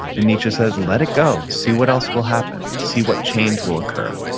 and nietzsche says, let it go. see what else will happen. see what change will occur.